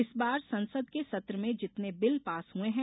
इस बार संसद के सत्र में जितने बिल पास हुए हैं